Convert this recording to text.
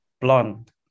blonde